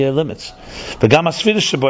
limits